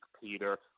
Peter